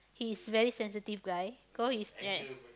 he is very sensitive guy cause his dad